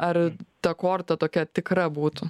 ar ta korta tokia tikra būtų